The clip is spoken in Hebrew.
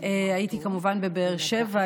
הייתי כמובן בבאר שבע,